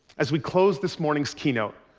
as we close this morning's keynote,